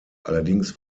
allerdings